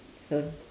so